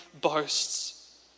boasts